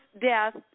death